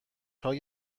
های